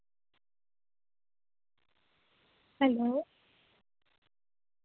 hello